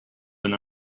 been